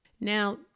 Now